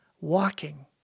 walking